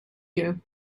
you